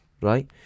Right